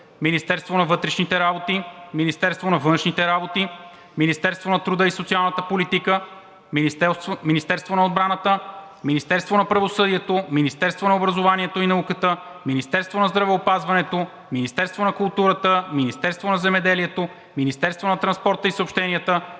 Министерство на вътрешните работи; Министерство на външните работи; Министерство на труда и социалната политика; Министерство на отбраната; Министерство на правосъдието; Министерство на образованието и науката; Министерство на здравеопазването; Министерство на културата; Министерство на земеделието; Министерство на транспорта и съобщенията;